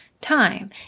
time